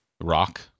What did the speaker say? Rock